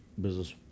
business